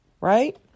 right